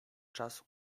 czas